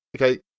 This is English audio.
Okay